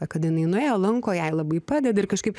a kada jinai nuėjo lanko jai labai padeda ir kažkaip